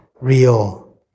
real